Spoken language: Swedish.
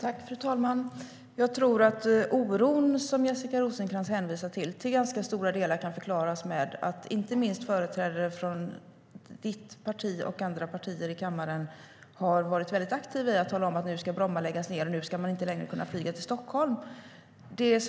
Fru talman! Jag tror att den oro som Jessica Rosencrantz hänvisar till i stor utsträckning kan förklaras med att inte minst företrädare från hennes parti och andra partier i kammaren har varit mycket aktiva när det gäller att tala om att Bromma nu ska läggas ned och att man inte ska kunna flyga till Stockholm längre.